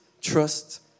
trust